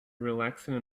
relaxing